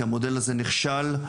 כי המודל הזה נכשל.